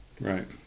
Right